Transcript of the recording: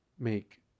make